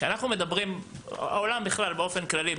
באופן כללי,